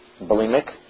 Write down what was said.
bulimic